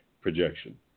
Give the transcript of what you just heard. projection